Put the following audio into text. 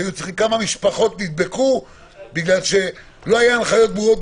שכמה משפחות נדבקו כי לא היו הנחיות ברורות,